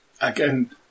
again